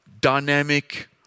dynamic